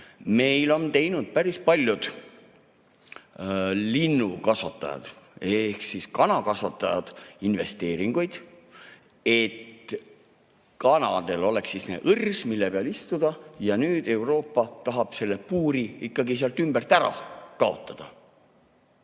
meil on päris paljud linnukasvatajad ehk kanakasvatajad teinud investeeringuid, et kanadel oleks õrs, mille peal istuda, ja nüüd Euroopa tahab selle puuri sealt ümbert ära kaotada.